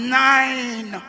nine